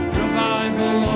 revival